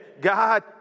God